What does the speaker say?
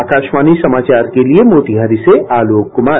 आकाशवाणी समाचार के लिए मोतिहारी से आलोक कुमार